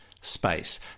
space